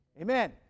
Amen